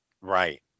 Right